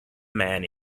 man